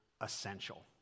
essential